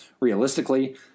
realistically